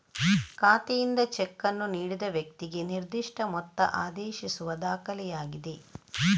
ಖಾತೆಯಿಂದ ಚೆಕ್ ಅನ್ನು ನೀಡಿದ ವ್ಯಕ್ತಿಗೆ ನಿರ್ದಿಷ್ಟ ಮೊತ್ತ ಆದೇಶಿಸುವ ದಾಖಲೆಯಾಗಿದೆ